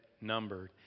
numbered